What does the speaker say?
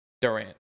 Durant